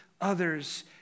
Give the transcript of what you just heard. others